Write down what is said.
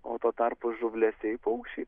o tuo tarpu žuvlesiai paukščiai